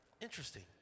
Interesting